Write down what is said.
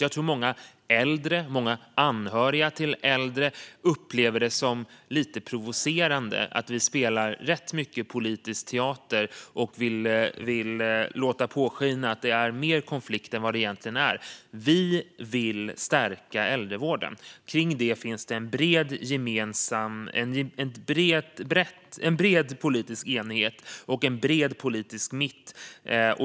Jag tror att många äldre och många anhöriga till äldre upplever det som lite provocerande att vi spelar rätt mycket politisk teater och vill låta påskina att det är mer konflikt är vad det egentligen är. Vi vill stärka äldrevården - om detta finns en bred politisk enighet och en bred politisk mitt.